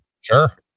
Sure